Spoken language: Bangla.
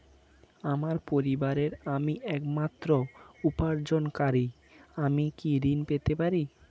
আমার পরিবারের আমি একমাত্র উপার্জনকারী আমি কি ঋণ পেতে পারি?